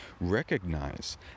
recognize